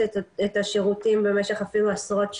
את השירותים במשך אפילו עשרות שנים.